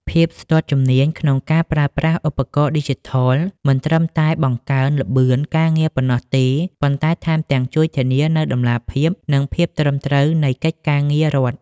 ភាពស្ទាត់ជំនាញក្នុងការប្រើប្រាស់ឧបករណ៍ឌីជីថលមិនត្រឹមតែបង្កើនល្បឿនការងារប៉ុណ្ណោះទេ ប៉ុន្តែថែមទាំងជួយធានានូវតម្លាភាព និងភាពត្រឹមត្រូវនៃកិច្ចការងាររដ្ឋ។